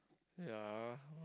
ya